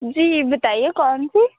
جی بتائیے کون سی